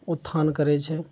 उत्थान करय छै